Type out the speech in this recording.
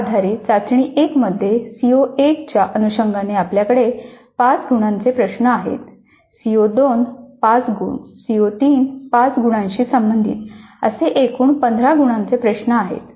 त्या आधारे चाचणी 1 मध्ये सीओ 1 च्या अनुषंगाने आपल्याकडे 5 गुणांचे प्रश्न आहेत सीओ 2 5 गुण सीओ 3 5 गुणांशी संबंधित असे एकूण 15 गुणांचे प्रश्न आहेत